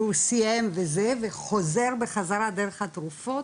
הוא סיים וזה וחוזר בחזרה דרך התרופות,